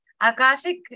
Akashic